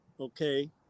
Okay